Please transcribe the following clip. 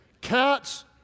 cats